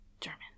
German